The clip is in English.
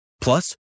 Plus